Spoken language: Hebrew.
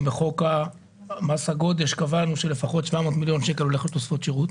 אם בחוק מס הגודש קבענו שלפחות 700 מיליון שקל הולכים לתוספות שירות?